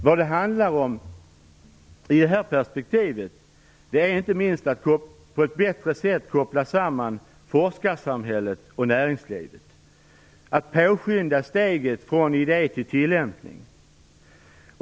Vad det handlar om i det här perspektivet är inte minst att på ett bättre sätt koppla samman forskarsamhället och näringslivet, att påskynda steget från idé till tillämpning.